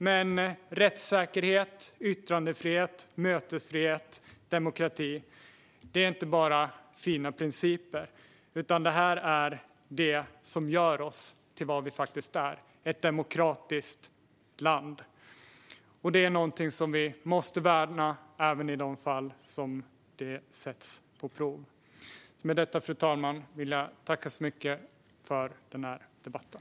Men rättssäkerhet, yttrandefrihet, mötesfrihet och demokrati är inte bara fina principer, utan det är det som gör oss till vad vi faktiskt är - ett demokratiskt land. Detta är något vi måste värna även i de fall det sätts på prov. Med detta vill jag tacka så mycket för debatten.